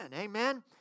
Amen